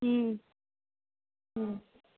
ம் ம்